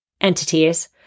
entities